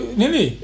nini